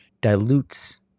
dilutes